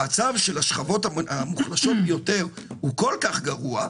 המצב של השכבות המוחלשות יותר הוא כל כך גרוע,